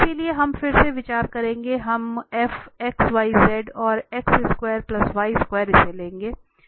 इसलिए हम फिर से विचार करेंगे हम इसे लेंगे